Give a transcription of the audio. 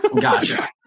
Gotcha